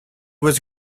was